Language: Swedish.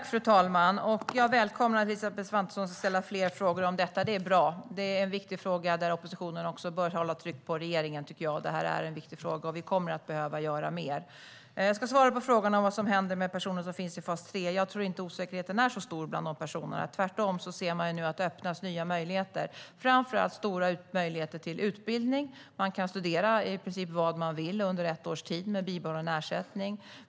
Fru talman! Jag välkomnar Elisabeth Svantesson att ställa fler frågor om detta. Det är bra. Det är en viktig fråga där oppositionen bör hålla tryck på regeringen, och vi kommer att behöva göra mer. Jag ska svara på frågorna om vad som händer med personer som finns i fas 3. Jag tror inte att osäkerheten är så stor bland dessa personer. Tvärtom ser man nu att det öppnas nya möjligheter, framför allt stora möjligheter till utbildning. Man kan studera i princip vad man vill under ett års tid med bibehållen ersättning.